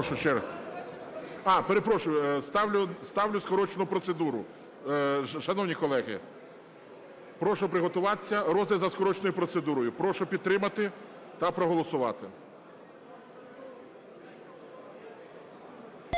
Прошу ще раз? А, перепрошую. Ставлю скорочену процедуру. Шановні колеги, прошу приготуватися. Розгляд за скороченою процедурою. Прошу підтримати та проголосувати.